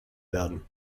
werden